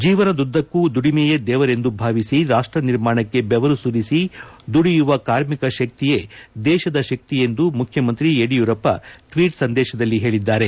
ಜೀವನದುದ್ದಕ್ಕೂ ದುಡಿಮೆಯೇ ದೇವರೆಂದು ಭಾವಿಸಿ ರಾಷ್ಟ ನಿರ್ಮಾಣಕ್ಕೆ ಬೆವರು ಸುರಿಸಿ ದುಡಿಯುವ ಕಾರ್ಮಿಕ ಶಕ್ತಿಯೇ ದೇಶದ ಶಕ್ತಿಯೆಂದು ಮುಖ್ಯಮಂತ್ರಿ ಯಡಿಯೂರಪ್ಪ ಟ್ವೀಟ್ ಸಂದೇಶದಲ್ಲಿ ಹೇಳಿದ್ದಾರೆ